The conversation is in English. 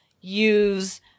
use